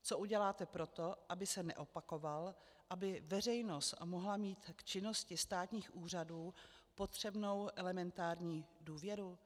Co uděláte proto, aby se neopakoval, aby veřejnost mohla mít k činnosti státních úřadů potřebnou elementární důvěru?